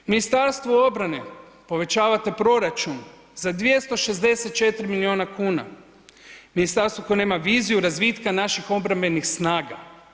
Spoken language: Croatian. Ministarstvu obrane povećavate proračun za 264 milijuna kuna, ministarstvu koje nema viziju razvitka naših obrambenih snaga.